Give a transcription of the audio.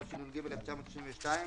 התשנ"ג 1992‏,